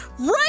Right